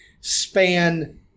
span